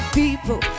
people